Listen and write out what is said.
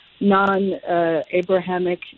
non-Abrahamic